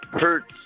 hurts